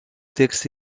texte